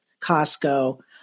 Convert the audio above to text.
Costco